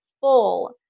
full